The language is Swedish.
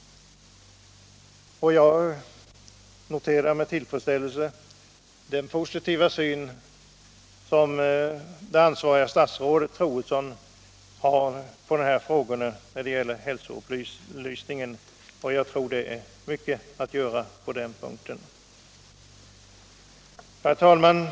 Jag noterar med tillfredsställelse den positiva syn det ansvariga statsrådet Troedsson har på de här frågorna om hälsoupplysning. Jag tror det finns mycket att göra på denna punkt. Herr talman!